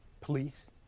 Police